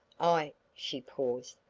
i, she paused.